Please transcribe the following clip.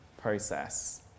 process